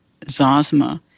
Zosma